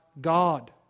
God